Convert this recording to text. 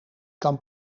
kan